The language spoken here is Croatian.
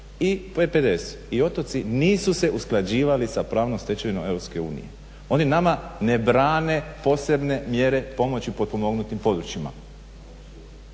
i PPDS i otoci nisu se usklađivali sa pravnom stečevinom Europske unije, oni nama ne brane posebne mjere pomoći potpomognutim područjima.